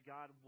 God